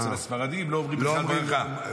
אצל הספרדים לא אומרים בכלל ברכה.